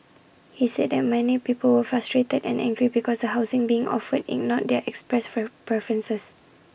he said that many people were frustrated and angry because the housing being offered ignored their expressed for preferences